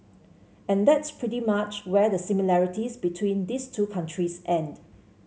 and that's pretty much where the similarities between these two countries end